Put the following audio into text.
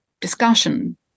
discussion